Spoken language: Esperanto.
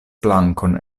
plankon